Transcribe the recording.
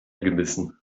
gebissen